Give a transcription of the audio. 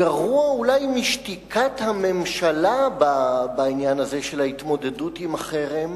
גרוע אולי משתיקת הממשלה בעניין הזה של ההתמודדות עם החרם,